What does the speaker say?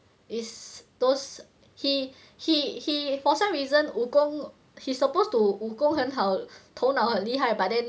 is those he he he for some reason 武功 he's supposed to 武功很好头脑很厉害 but then